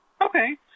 Okay